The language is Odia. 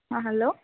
ହଁ ହ୍ୟାଲୋ